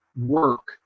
work